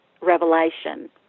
revelation